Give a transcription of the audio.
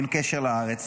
אין קשר לארץ,